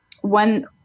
one